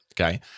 okay